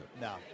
No